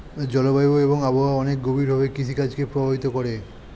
জলবায়ু এবং আবহাওয়া অনেক গভীরভাবে কৃষিকাজ কে প্রভাবিত করে